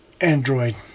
Android